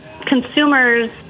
consumers